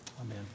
amen